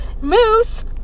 Moose